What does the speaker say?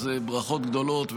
אז ברכות גדולות.